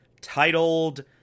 titled